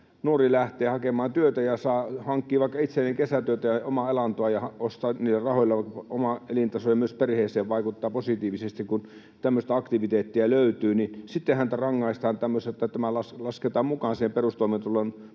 nuori lähtee hakemaan työtä ja hankkii vaikka itselleen kesätyötä ja omaa elantoa ja niillä rahoilla omaan elintasoon ja myös perheeseen vaikuttaa positiivisesti, kun tämmöistä aktiviteettia löytyy, niin onhan tämä aivan ennenkuulumatonta, että häntä sitten rangaistaan tämmöisellä, että tämä lasketaan mukaan siihen perustoimeentulotuen